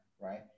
right